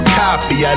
copy